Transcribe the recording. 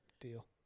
Deal